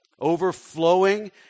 Overflowing